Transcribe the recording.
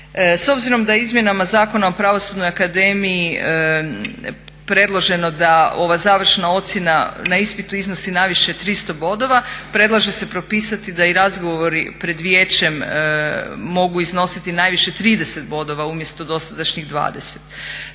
S obzirom da izmjenama Zakona o pravosudnoj akademiji predloženo da ova završna ocjena na ispitu iznosi najviše 300 bodova predlaže se propisati da i razgovori pred vijećem mogu iznositi najviše 30 bodova umjesto dosadašnjih 20.